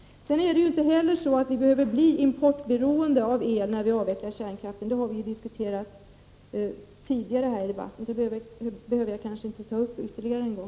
Det är inte heller så att vi behöver bli beroende av import av el när vi avvecklar kärnkraften. Det har vi diskuterat tidigare här i dag, så det behöver jag kanske inte beröra ytterligare en gång.